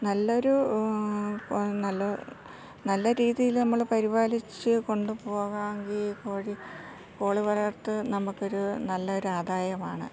നല്ല ഒരു നല്ല നല്ല രീതിയിൽ നമ്മൾ പരിപാലിച്ചു കൊണ്ടൂ പോകാമെങ്കിൽ കോഴി കോഴി വളർത്തൽ നമുക്ക് ഒരു നല്ലൊരു ആദായമാണ്